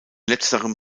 letzterem